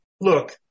look